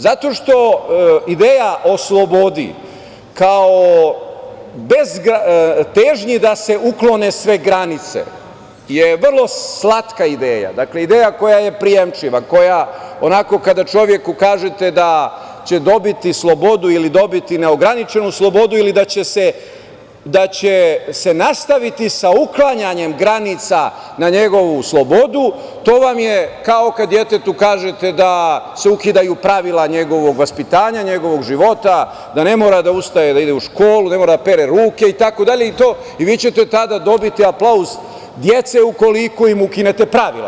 Zato što ideja o slobodi kao težnji da se uklone sve granice je vrlo slatka ideja, dakle ideja koja je prijemčiva, koja onako kada čoveku kažete da će dobiti slobodu ili dobiti neograničenu slobodu ili da će se nastaviti sa uklanjanjem granica na njegovu slobodu, to vam je kao kad detetu kažete da se ukidaju pravila njegovog vaspitanja, njegovog života, da ne mora da ustaje da ide u školu, da ne mora da pere ruke, itd, vi ćete tada dobiti aplauz dece ukoliko im ukinete pravila.